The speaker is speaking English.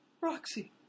Roxy